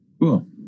cool